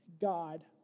God